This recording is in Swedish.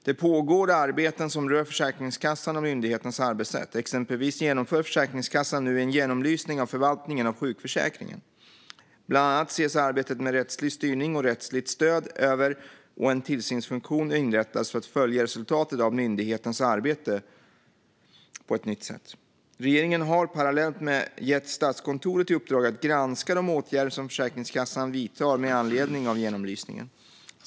Det pågår arbeten som rör Försäkringskassan och myndighetens arbetssätt. Exempelvis genomför Försäkringskassan nu en genomlysning av förvaltningen av sjukförsäkringen. Bland annat ses arbetet med rättslig styrning och rättsligt stöd över, och en tillsynsfunktion inrättas för att följa resultatet av myndighetens arbete på ett nytt sätt. Regeringen har parallellt med detta gett Statskontoret i uppdrag att granska de åtgärder som Försäkringskassan vidtar med anledning av genomlysningen.